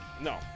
No